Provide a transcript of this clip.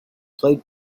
played